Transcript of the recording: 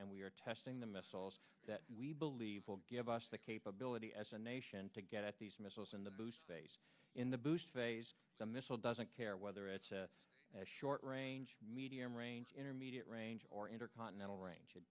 and we are testing the missiles that we believe will give us the capability as a nation to get these missiles in the boost phase in the boost phase the missile doesn't care whether it's a short range medium range intermediate range or intercontinental r